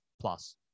plus